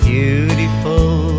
Beautiful